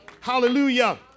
Hallelujah